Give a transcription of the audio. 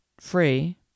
free